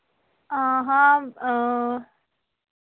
हाँ